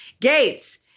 Gates